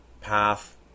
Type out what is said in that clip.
path